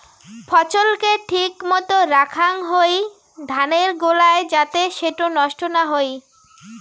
ফছল কে ঠিক মতো রাখাং হই ধানের গোলায় যাতে সেটো নষ্ট না হই